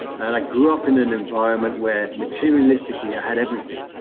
and i grew up in an environment where, materialistically, i had everything,